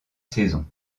saison